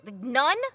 None